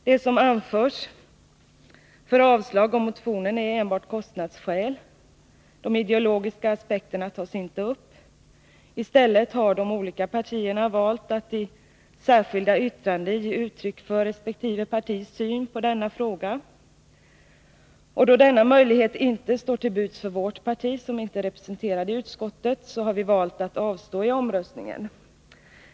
Det som anförs för avslag på motionen är enbart kostnadsskäl. De ideologiska aspekterna tas inte upp. I stället har de olika partierna valt att i särskilda yttranden ge uttryck för resp. partis syn på denna fråga. Då denna möjlighet inte står till buds för vårt parti, som inte är representerat i utskottet, har vi valt att avstå vid omröstningen.